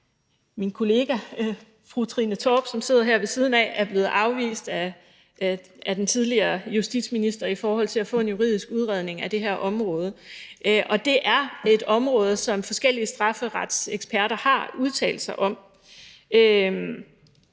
Min kollega fru Trine Torp, som sidder her ved siden af, er blevet afvist af den tidligere justitsminister i forhold til at få en juridisk udredning af det her område. Og det er et område, som forskellige strafferetseksperter har udtalt sig om.